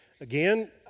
Again